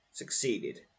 succeeded